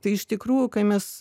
tai iš tikrųjų kai mes